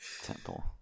Temple